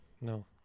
No